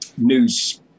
news